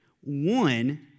One